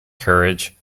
courage